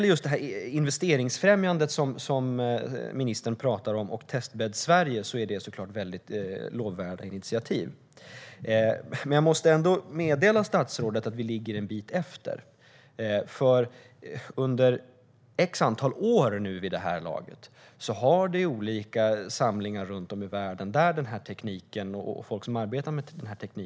Just investeringsfrämjandet och Testbädd Sverige, som ministern talade om, är såklart lovvärda initiativ. Men jag måste meddela statsrådet att vi ligger en bit efter. Under ett antal år, vid det här laget, har folk som arbetar med den här tekniken samlats vid olika samlingar runt om i världen.